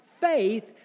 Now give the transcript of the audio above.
faith